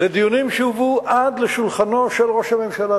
לדיונים שהובאו עד לשולחנו של ראש הממשלה,